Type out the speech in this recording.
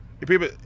people